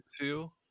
two